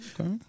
Okay